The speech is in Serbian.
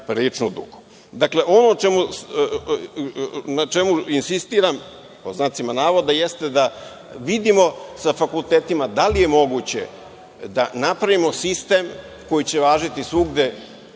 prilično dugo? Dakle, ono na čemu insistiram, pod znacima navoda, jeste da vidimo sa fakultetima da li je moguće da napravimo sistem koji će važiti svugde